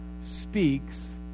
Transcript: speaks